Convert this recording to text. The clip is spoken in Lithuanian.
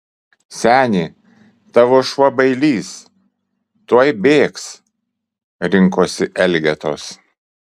seni tavo šuo bailys tuoj bėgs rinkosi elgetos